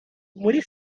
muri